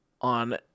on